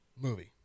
movie